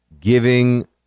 giving